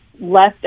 left